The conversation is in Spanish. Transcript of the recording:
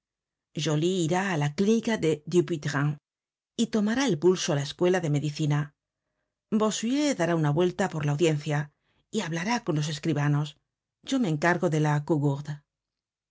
grenelle saint honoré joly irá á la clínica de dupuytren y tomará el pulso á la escuela de medicina bossuet dará una vuelta por la audiencia y hablará con los escribanos yo me encargo de la